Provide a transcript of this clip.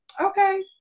Okay